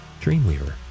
Dreamweaver